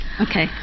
Okay